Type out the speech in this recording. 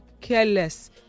careless